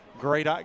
Great